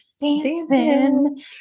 dancing